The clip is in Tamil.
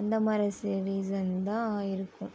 அந்த மாதிரி சி ரீசென் தான் இருக்கும்